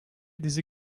dizi